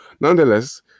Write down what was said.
Nonetheless